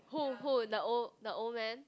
who who the old the old man